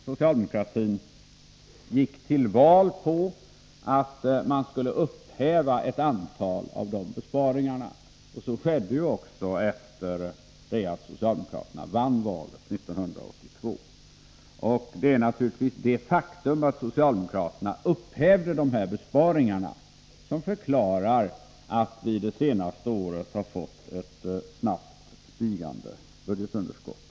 Socialdemo kratin gick till val på att man skulle upphäva ett antal av de besparingarna. Så skedde också efter det att socialdemokraterna hade vunnit valet 1982. Det faktum att socialdemokraterna upphävde dessa besparingar förklarar naturligtvis att landet under det senaste året har fått ett snabbt stigande budgetunderskott.